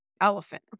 elephant